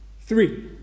Three